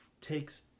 takes